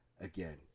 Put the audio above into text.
again